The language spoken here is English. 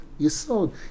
yesod